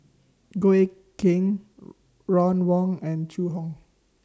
Goh Eck Kheng Ron Wong and Zhu Hong